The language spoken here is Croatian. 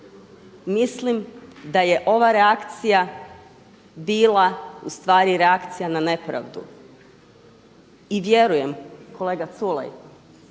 Mislim da je ova reakcija bila ustvari reakcija na nepravdu. I vjerujem kolega Culej